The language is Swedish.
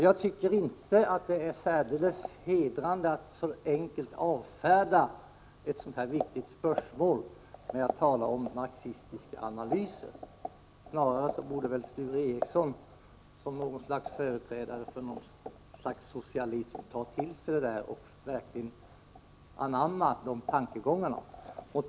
Jag tycker inte att det är särdeles hederligt att så enkelt avfärda våra viktiga spörsmål — med att tala om marxistiska analyser. Snarare borde väl Sture Ericson, som företrädare för ett slags socialism, verkligen anamma de tankegångarna.